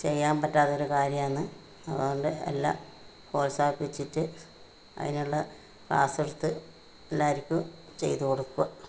ചെയ്യാൻ പറ്റാതൊരു കാര്യമാണ് അതോണ്ട് എല്ലാ പ്രോത്സാഹിപ്പിച്ചിട്ട് അതിനുള്ള ക്ലാസ്സെടുത്ത് എല്ലാവർക്കും ചെയ്ത് കൊടുക്കുക